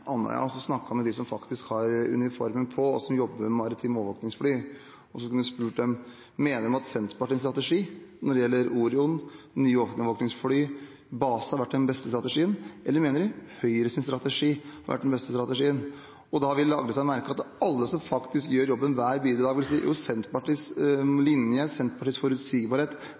Andøya for å snakke med dem som faktisk har uniformen på og jobber med maritime overvåkingsfly, og spurt dem om de mener Senterpartiets strategi når det gjelder Orion, nye overvåkingsfly og base har vært den beste strategien, eller om de mener Høyres strategi har vært den beste strategien. Da ville Agdestein merke at alle som gjør jobben hver bidige dag, mener at Senterpartiets linje og Senterpartiets forutsigbarhet